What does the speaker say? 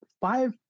five